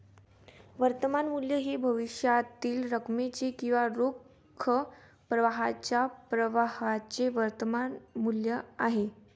वर्तमान मूल्य हे भविष्यातील रकमेचे किंवा रोख प्रवाहाच्या प्रवाहाचे वर्तमान मूल्य आहे